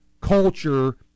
culture